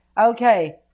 Okay